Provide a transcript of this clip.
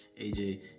AJ